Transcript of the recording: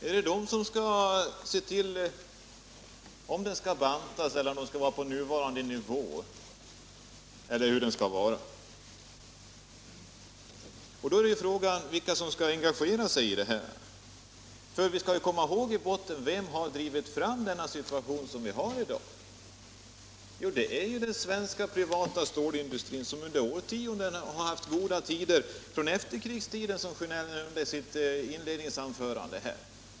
Är det denna arbetsgrupp som skall se till om stålindustrin skall bantas eller behållas på nuvarande nivå, eller hur den annars skall vara? Då är frågan vilka som skall engagera sig i detta. Vem har drivit fram den situation som vi har i dag? Jo, det är ju den svenska privata stålindustrin, som under årtionden har haft goda tider — under efterkrigstiden, som herr Sjönell sade i sitt inledningsanförande.